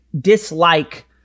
dislike